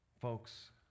Folks